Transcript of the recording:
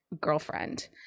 girlfriend